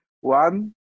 one